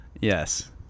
Yes